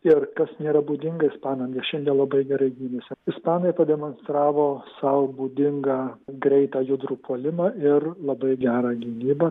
ir kas nėra būdinga ispanam jie šiandien labai gerai gynėsi ispanai pademonstravo sau būdingą greitą judrų puolimą ir labai gerą gynybą